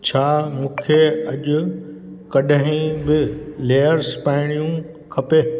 छा मूंखे अॼु कॾहिं बि लेयर्स पाइणियूं खपे